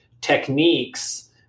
techniques